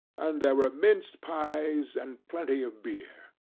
and there were mince-pies, and plenty of beer.